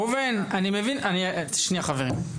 ראובן, אני מבין, שנייה חברים.